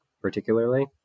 particularly